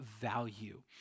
value